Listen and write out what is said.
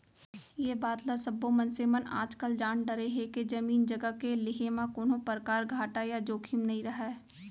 ए बात ल सब्बो मनसे मन आजकाल जान डारे हें के जमीन जघा के लेहे म कोनों परकार घाटा या जोखिम नइ रहय